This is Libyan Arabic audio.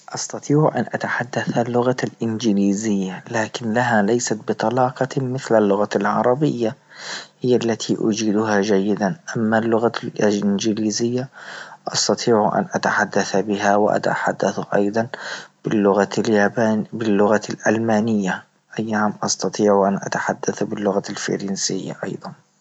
أستطيع أن أتحدث اللغة الإنجليزية لكنها ليست بطلاقة مثل اللغة العربية، هي التي أجيدها جيدا، أما اللغة الإنجليزية أستطيع أن أتحدث بها وأتحدث أيضا باللغة اليا- باللغة الألمانية، أيام أستطيع أن أتحدث باللغة الفرنسية أيضا.